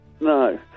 No